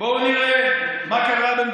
כמו קפריסין.